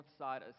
Northside